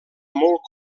molt